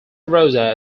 rosa